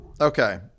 Okay